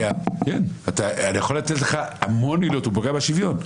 אני יכול לתת לך המון עילות הוא פוגע בשוויון.